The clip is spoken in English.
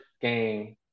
game